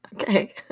Okay